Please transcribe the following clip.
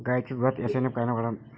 गायीच्या दुधाचा एस.एन.एफ कायनं वाढन?